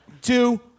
two